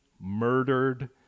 murdered